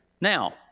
Now